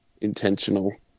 intentional